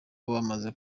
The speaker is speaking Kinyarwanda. bamaze